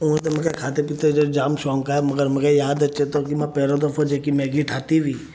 ऊअं त मूंखे खाधे पीते जो जाम शौक़ु आहे मगरि मूंखे यादि अचे थो की मां पहिरियों दफो जेकी मैगी ठाही हुई